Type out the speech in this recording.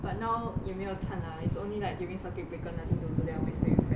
but now 也没有唱 lah it's only like during circuit breaker nothing to do there always play with friend lor